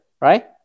right